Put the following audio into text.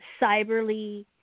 cyberly